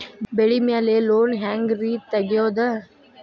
ಬೆಳಿ ಮ್ಯಾಲೆ ಲೋನ್ ಹ್ಯಾಂಗ್ ರಿ ತೆಗಿಯೋದ?